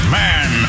man